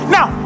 Now